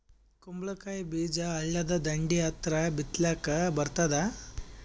ಕುಂಬಳಕಾಯಿ ಬೀಜ ಹಳ್ಳದ ದಂಡಿ ಹತ್ರಾ ಬಿತ್ಲಿಕ ಬರತಾದ?